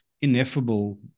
ineffable